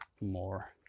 more